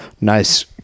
nice